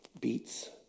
beats